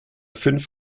fünf